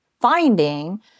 finding